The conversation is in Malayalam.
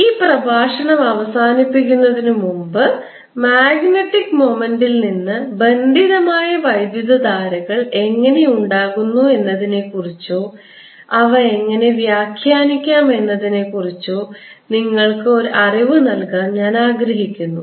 ഈ പ്രഭാഷണം അവസാനിപ്പിക്കുന്നതിനുമുമ്പ് മാഗ്നറ്റിക് മൊമെന്റ്ൽ നിന്ന് ബന്ധിതമായ വൈദ്യുതധാരകൾ എങ്ങനെ ഉണ്ടാകുന്നു എന്നതിനെക്കുറിച്ചോ അവ എങ്ങനെ വ്യാഖ്യാനിക്കാമെന്നതിനെക്കുറിച്ചോ നിങ്ങൾക്ക് ഒരു അറിവ് നൽകാൻ ഞാൻ ആഗ്രഹിക്കുന്നു